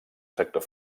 sector